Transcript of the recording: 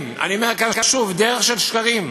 דרך של שקרים.